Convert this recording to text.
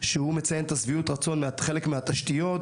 שמציין את שביעות הרצון מחלק מהתשתיות,